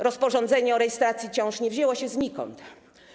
Rozporządzenie o rejestracji ciąż nie wzięło się znikąd.